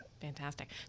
Fantastic